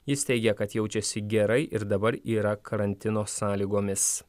jis teigia kad jaučiasi gerai ir dabar yra karantino sąlygomis